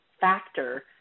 factor